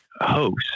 host